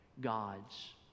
God's